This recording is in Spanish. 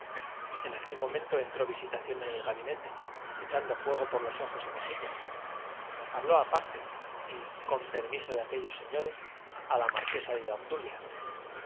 en aquel momento entró visitación en el gabinete echando fuego por ojos y mejillas habló aparte y con permiso de aquellos señores a la marquesa y a